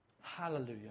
Hallelujah